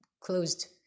closed